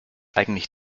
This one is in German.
eigentlich